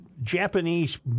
Japanese